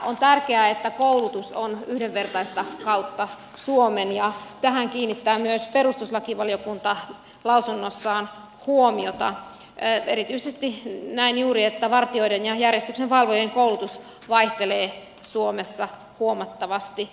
on tärkeää että koulutus on yhdenvertaista kautta suomen ja tähän kiinnittää myös perustuslakivaliokunta lausunnossaan huomiota erityisesti näin juuri siksi että vartijoiden ja järjestyksenvalvojien koulutus vaihtelee suomessa huomattavasti